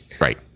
right